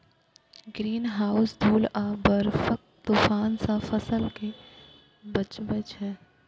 greenhouse धूल आ बर्फक तूफान सं फसल कें बचबै छै